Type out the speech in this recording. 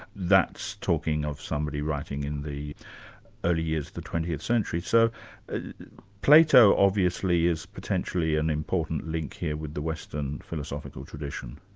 that's talking of somebody writing in the early years of the twentieth century. so plato, obviously, is potentially an important link here with the western philosophical tradition.